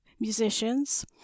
Musicians